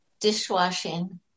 dishwashing